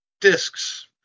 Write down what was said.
discs